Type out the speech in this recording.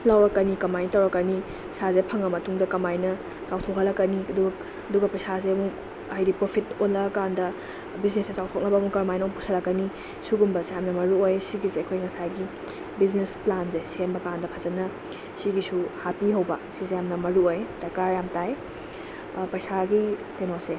ꯂꯧꯔꯛꯀꯅꯤ ꯀꯃꯥꯏꯅ ꯇꯧꯔꯛꯀꯅꯤ ꯄꯩꯁꯥꯁꯦ ꯐꯪꯉꯕ ꯃꯇꯨꯡꯗ ꯀꯃꯥꯏꯅ ꯆꯥꯎꯊꯣꯛꯍꯛꯂꯛꯀꯅꯤ ꯑꯗꯨꯒ ꯄꯩꯁꯥꯁꯦ ꯑꯃꯨꯛ ꯍꯥꯏꯗꯤ ꯄ꯭ꯔꯣꯐꯤꯠ ꯑꯣꯜꯂꯛꯑꯀꯥꯟꯗ ꯕꯤꯖꯤꯅꯦꯁꯁꯦ ꯆꯥꯎꯊꯣꯛꯅꯕ ꯑꯃꯨꯛ ꯀꯔꯃꯥꯏꯅ ꯑꯃꯨꯛ ꯄꯨꯁꯤꯜꯂꯛꯀꯅꯤ ꯁꯨꯒꯨꯝꯕꯁꯦ ꯌꯥꯝꯅ ꯃꯔꯨ ꯑꯣꯏ ꯁꯤꯒꯤꯁꯦ ꯑꯩꯈꯣꯏ ꯉꯁꯥꯏꯒꯤ ꯕꯤꯖꯤꯅꯦꯁ ꯄ꯭ꯂꯥꯟꯁꯦ ꯁꯦꯝꯕ ꯀꯥꯟꯗ ꯐꯖꯅ ꯁꯤꯒꯤꯁꯨ ꯍꯥꯞꯄꯤꯍꯧꯕ ꯁꯤꯁꯦ ꯌꯥꯝꯅ ꯃꯔꯨ ꯑꯣꯏ ꯗꯔꯀꯥꯔ ꯌꯥꯝ ꯇꯥꯏ ꯄꯩꯁꯥꯒꯤ ꯀꯩꯅꯣꯁꯦ